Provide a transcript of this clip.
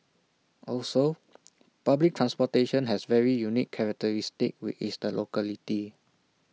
also public transportation has very unique characteristics which is the locality